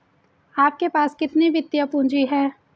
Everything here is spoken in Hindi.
आपके पास कितनी वित्तीय पूँजी है?